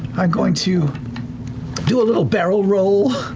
i'm going to do a little barrel roll,